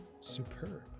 Superb